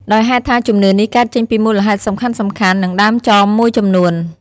ដោយហេតុថាជំនឿនេះកើតចេញពីមូលហេតុសំខាន់ៗ និងដើមចមមួយចំនួន។